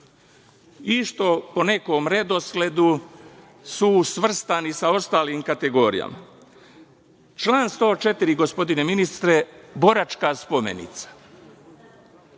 što po nekom redosledu su svrstani sa ostalim kategorijama. Član 104. gospodine ministre, boračka spomenica. Ja